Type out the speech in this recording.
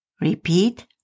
Repeat